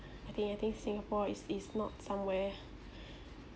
I think I think singapore is is not somewhere